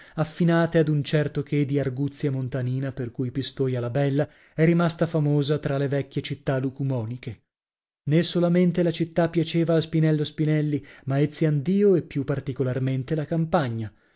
affinate da un certo che di arguzia montanina per cui pistoia la bella è rimasta famosa tra le vecchie città lucumoniche nè solamente la città piaceva a spinello spinelli ma eziandio e più particolarmente la campagna